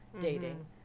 dating